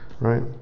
right